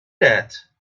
that